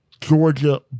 Georgia